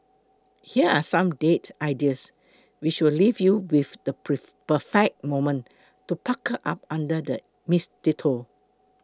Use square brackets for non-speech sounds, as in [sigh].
here are some date ideas which will leave you with the [unintelligible] perfect moment to pucker up under the mistletoe